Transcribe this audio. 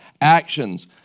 actions